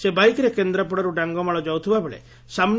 ସେ ବାଇକରେ କେନ୍ଦ୍ରାପଡାରୁ ଡାଙ୍ଗମାଳ ଯାଉଥିବାବେଳେ ସାମୁ